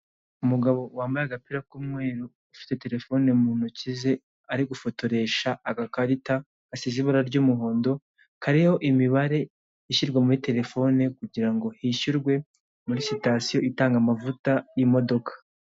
Umugabo wambaye agapira k'umweru, ufite terefone mu ntoki ze ari gufotoresha agakarita gasize ibara ry'umuhondo, kariho imibare ishyirwa muri terefone kugira ngo hishyurwe muri sitasiyo itanga amavuta y'imodoka.